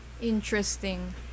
Interesting